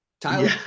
Tyler